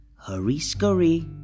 Hurry-scurry